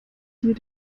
dir